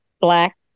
black